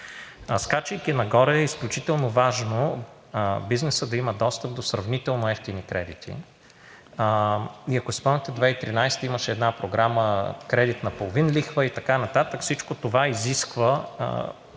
Скачайки нагоре, е изключително важно бизнесът да има достъп до сравнително евтини кредити. И ако си спомняте 2013 г., имаше една кредитна програма на половин лихва и така нататък, всичко това изисква